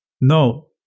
no